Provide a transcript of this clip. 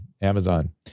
Amazon